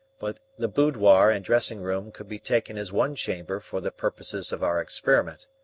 but the boudoir and dressing-room could be taken as one chamber for the purposes of our experiment.